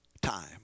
time